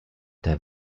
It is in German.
der